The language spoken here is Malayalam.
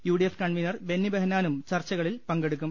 U D F convener Benny ബഹനാന്നും ചർച്ചകളിൽ പങ്കെടുക്കും